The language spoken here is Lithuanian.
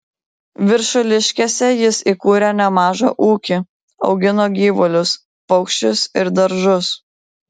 viršuliškėse jis įkūrė nemažą ūkį augino gyvulius paukščius ir daržus